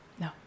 No